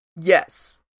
Yes